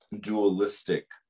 dualistic